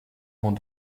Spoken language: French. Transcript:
vont